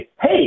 hey